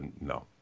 no